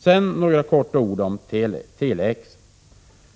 Sedan några ord om Tele-X.